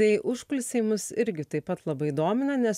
tai užkulisiai mus irgi taip pat labai domina nes